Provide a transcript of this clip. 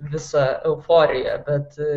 visą euforiją bet